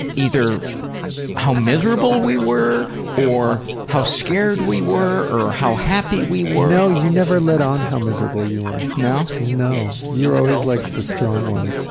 either how miserable we were or how scared we were or how happy we were. no, you never let on how miserable you were. no? no. you were always like the strong one.